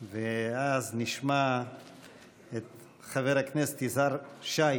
ואז נשמע את חבר הכנסת יזהר שי